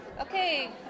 Okay